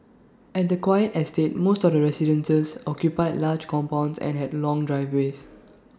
at the quiet estate most of the residences occupied large compounds and had long driveways